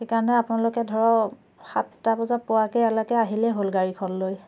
সেইকাৰণে আপোনালোকে ধৰক সাতটা বজাত পোৱাকে ইয়ালেকে আহিলেই হ'ল গাড়ীখন লৈ